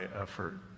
effort